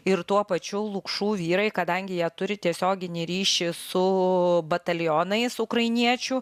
ir tuo pačiu lukšų vyrai kadangi jie turi tiesioginį ryšį su batalionais ukrainiečių